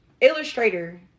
illustrator